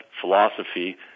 philosophy